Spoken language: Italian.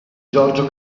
giorgio